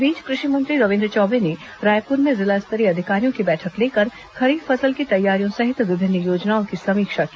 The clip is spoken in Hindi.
इस बीच कृषि मंत्री रविन्द्र चौबे ने रायपुर में जिला स्तरीय अधिकारियों की बैठक लेकर खरीफ फसल की तैयारियों सहित विभिन्न योजनाओं की समीक्षा की